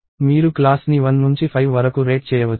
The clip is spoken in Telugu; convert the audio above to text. మీరు క్లాస్ ని 1 నుంచి 5 వరకు రేట్ చేయవచ్చు